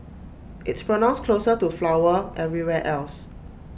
it's pronounced closer to flower everywhere else